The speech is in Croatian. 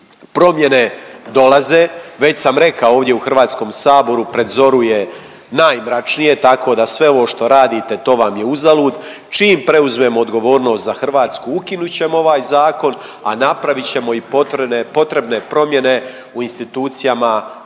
promjene dolaze, već sam rekao ovdje u HS-u, pred zoru je najmračnije, tako da sve ovo što radite, to vam je uzalud, čim preuzmemo odgovornost za Hrvatsku, ukinut ćemo ovaj zakon, a napravit ćemo i potrebne promjene u institucijama koje se